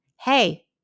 hey